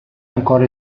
ancora